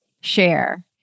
share